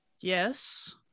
Yes